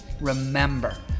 Remember